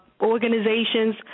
Organizations